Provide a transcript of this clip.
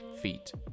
feet